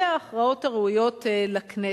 אלו ההכרעות הראויות לכנסת.